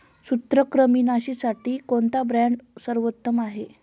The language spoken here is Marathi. सूत्रकृमिनाशीसाठी कोणता ब्रँड सर्वोत्तम आहे?